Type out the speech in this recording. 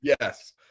yes